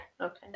Okay